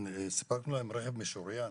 ספקנו להם רכב משוריין